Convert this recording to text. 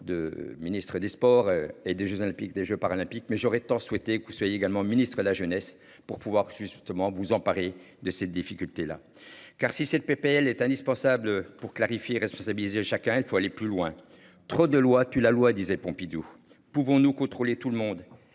de Ministre des Sports et des Jeux olympiques des Jeux paralympiques, mais j'aurais tant souhaité que soyez également ministre et la jeunesse pour pouvoir justement vous emparer de cette difficulté-là. Car si cette PPL est indispensable pour clarifier responsabiliser chacun il faut aller plus loin. Trop de lois tue la loi disait Pompidou, pouvons-nous contrôler tout le monde y